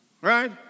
right